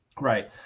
Right